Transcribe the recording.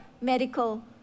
medical